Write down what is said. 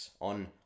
On